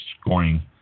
scoring